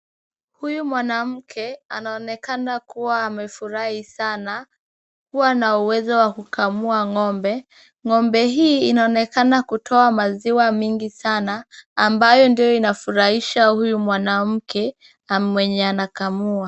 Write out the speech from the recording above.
Huyu mwanamke anaonekana kuwa amefurahi sana kuwa na uwezo wa kukamua ng'ombe. Ng'ombe huyu anaonekana kutoa maziwa mingi sana ambayo ndiyo inafurahisha huyu mwanamke mwenye anakamua.